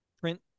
print